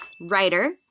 Writer